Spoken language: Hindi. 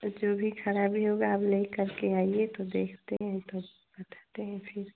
जो भी ख़राबी होगी आप लेकर के आइए तो देखते हैं तो बताते हैं फ़िर